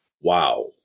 wow